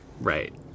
Right